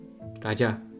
Raja